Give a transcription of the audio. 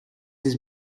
his